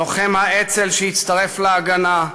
לוחם האצ"ל שהצטרף אל "ההגנה",